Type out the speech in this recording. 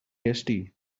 hasty